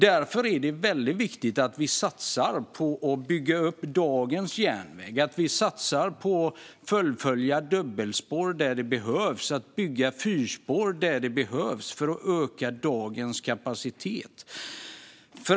Därför är det väldigt viktigt att vi satsar på att bygga upp dagens järnväg - att vi satsar på att fullfölja dubbelspår där det behövs och att bygga fyrspår där det behövs för att öka dagens kapacitet.